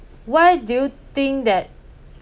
why do you think that